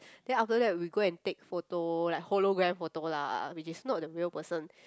then after that we go and take photo like hologram photo lah which is not the real person